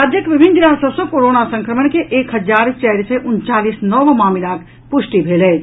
राज्यक विभिन्न जिला सभ सँ कोरोना संक्रमण के एक हजार चारि सय उनचालीस नव मामिलाक पुष्टि भेल अछि